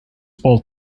bowl